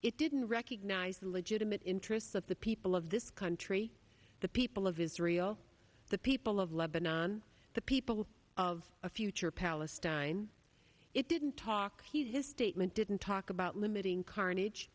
it didn't recognize the legitimate interests of the people of this country the people of israel the people of lebanon the people of a future palestine it didn't talk he his statement didn't talk about limiting carnage